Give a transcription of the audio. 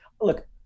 look